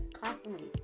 constantly